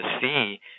see